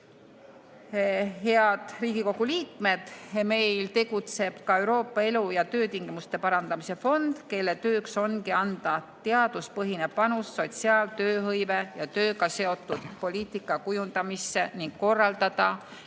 Head Riigikogu liikmed! Meil tegutseb ka Euroopa Elu- ja Töötingimuste Parandamise Fond, kelle tööks on anda teaduspõhine panus sotsiaal-, tööhõive- ja tööga seotud poliitika kujundamisse ning korraldada